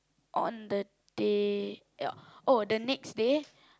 on the day ya oh the next day